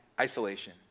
isolation